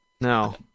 No